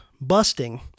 busting